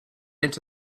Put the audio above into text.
into